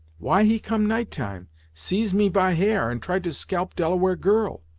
why he come night time, seize me by hair, and try to scalp delaware girl?